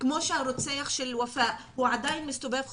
כמו שהרוצח של ופאא עדיין מסתובב חופשי,